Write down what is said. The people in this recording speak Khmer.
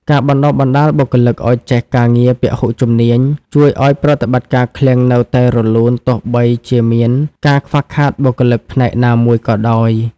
ការបណ្តុះបណ្តាលបុគ្គលិកឱ្យចេះការងារពហុជំនាញ ជួយឱ្យប្រតិបត្តិការឃ្លាំងនៅតែរលូនទោះបីជាមានការខ្វះខាតបុគ្គលិកផ្នែកណាមួយក៏ដោយ។